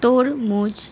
তরমুজ